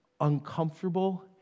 uncomfortable